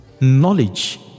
Knowledge